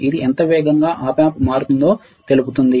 ఇది ఎంత వేగంగా Op amp మారుతుందో తెలుపుతుంది